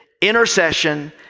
intercession